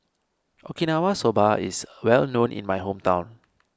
Okinawa Soba is well known in my hometown